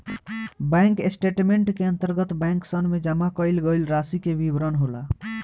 bank statement के अंतर्गत बैंकसन में जमा कईल गईल रासि के विवरण होला